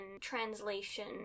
translation